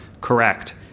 correct